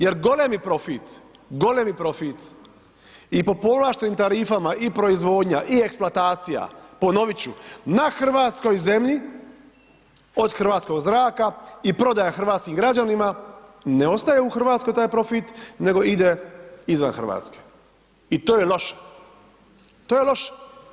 Jer golemi profit, golemi profit i po povlaštenim tarifama i proizvodnja i eksplantacija, ponoviti ću na hrvatskoj zemlji, od hrvatskog zraka i prodaja hrvatskim građanima, ne ostaju u Hrvatskoj taj profit, nego ide izvan Hrvatske i to je loše, to je loše.